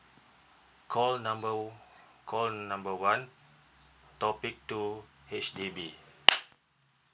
call number call number one topic two H_D_B